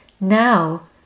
Now